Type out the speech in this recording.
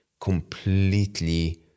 completely